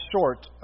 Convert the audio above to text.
short